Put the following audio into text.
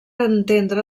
entendre